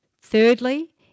Thirdly